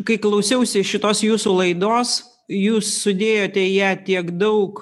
kai klausiausi šitos jūsų laidos jūs sudėjote į ją tiek daug